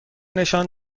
نشان